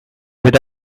with